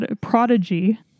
prodigy